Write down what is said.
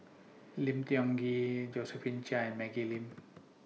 Lim Tiong Ghee Josephine Chia and Maggie Lim